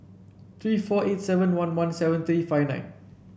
three four eight seven one one seven three five nine